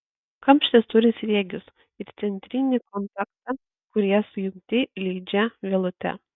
kamštis turi sriegius ir centrinį kontaktą kurie sujungti lydžia vielute